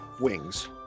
Wings